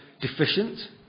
deficient